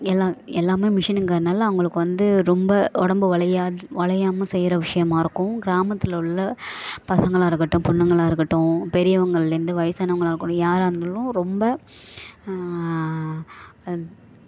எல்லா எல்லாமே மிஷினுங்குறதுனால் அவங்களுக்கு வந்து ரொம்ப உடம்பு வளையாத் வளையாமல் செய்கிற விஷயமாக இருக்கும் கிராமத்தில் உள்ள பசங்களாக இருக்கட்டும் பொண்ணுங்களாக இருக்கட்டும் பெரியவங்கள்லேருந்து வயசானவுங்களாக இருக்கட்டும் யாராக இருந்தாலும் ரொம்ப வந்